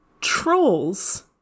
trolls